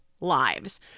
lives